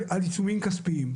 על עיצומים כספיים.